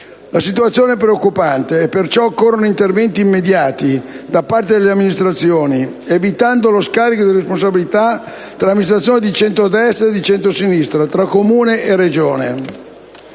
Lo scenario è preoccupante e perciò occorrono interventi immediati da parte delle amministrazioni, evitando lo scarico di responsabilità tra amministrazioni di centrodestra e di centrosinistra, tra Comune e Regione.